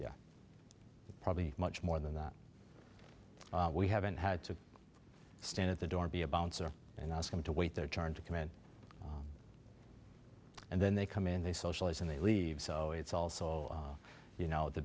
know probably much more than that we haven't had to stand at the door be a bouncer and ask him to wait their turn to command and then they come in they socialize and they leave so it's also you know the